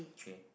okay